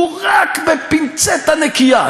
הוא רק בפינצטה נקייה.